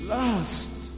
Last